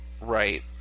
Right